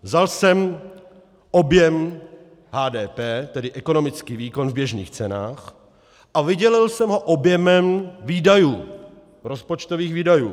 Vzal jsem objem HDP, tedy ekonomický výkon v běžných cenách, a vydělil jsem ho objemem výdajů, rozpočtových výdajů.